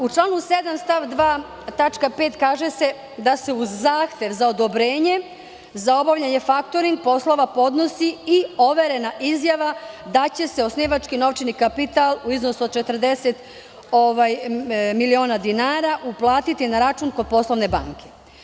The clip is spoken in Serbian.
U članu 7. stav 2. tačka 5) kaže se da se uz zahtev za odobrenje za obavljanje faktoring poslova podnosi i overena izjava da će se osnivački novčani kapital u iznosu od 40 miliona dinara uplatiti na račun kod poslovne banke.